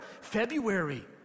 February